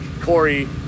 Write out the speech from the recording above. Corey